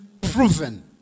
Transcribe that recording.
proven